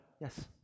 Yes